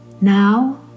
Now